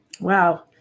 Wow